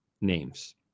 names